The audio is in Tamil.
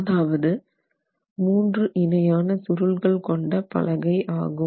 அதாவது மூன்று இணையான சுருள்கள் கொண்ட பலகை ஆகும்